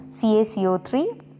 CaCO3